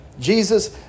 Jesus